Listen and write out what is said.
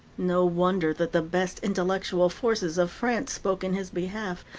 no wonder that the best intellectual forces of france spoke in his behalf,